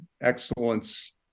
excellence